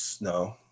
no